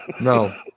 No